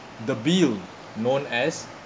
the bill known as